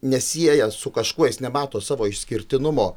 nesieja su kažkuo jis nemato savo išskirtinumo